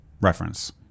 reference